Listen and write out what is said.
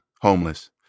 homeless